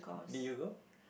did you go